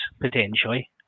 potentially